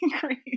great